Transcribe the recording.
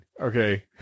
Okay